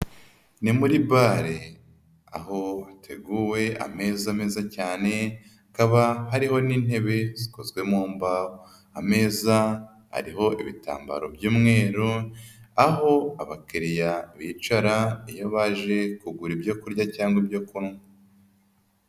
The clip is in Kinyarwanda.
Ni muri bare aho hateguwe ameza meza cyane, hakaba hariho n'intebe zikozwe mu mbaho, ameza ariho ibitambaro by'umweru, aho abakiriya bicara iyo baje kugura ibyo kurya cyangwa ibyo kunywa.